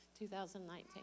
2019